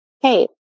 hey